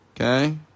Okay